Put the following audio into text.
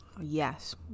Yes